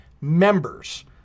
members